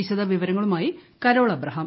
വിശദവിവരങ്ങളുമായി Carol Abraham